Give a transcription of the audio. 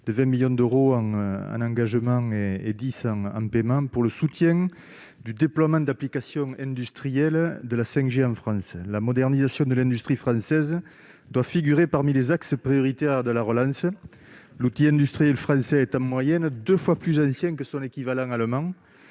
de 10 millions d'euros en crédits de paiement, dédiée au soutien du déploiement d'applications industrielles de la 5G en France. La modernisation de l'industrie française doit figurer parmi les axes prioritaires de la relance. En effet, l'outil industriel français est en moyenne deux fois plus ancien que son équivalent allemand